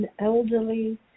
elderly